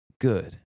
good